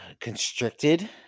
constricted